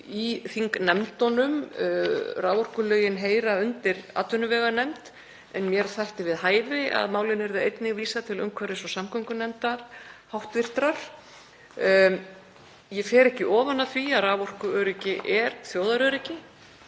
í þingnefndunum. Raforkulögin heyra undir atvinnuveganefnd en mér þætti við hæfi að málinu yrði einnig vísað til hv. umhverfis- og samgöngunefndar. Ég fer ekki ofan af því að raforkuöryggi er þjóðaröryggi